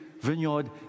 Vineyard